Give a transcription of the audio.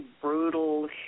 brutal